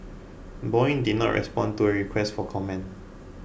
Boeing did not respond to a request for comment